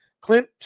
Clint